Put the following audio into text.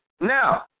Now